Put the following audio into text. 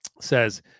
says